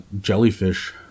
jellyfish